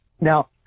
Now